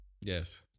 Yes